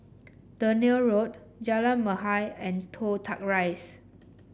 Dunearn Road Jalan Mahir and Toh Tuck Rise